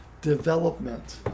development